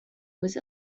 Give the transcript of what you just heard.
was